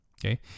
Okay